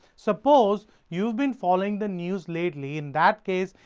suppose you've been following the news lately. in that case,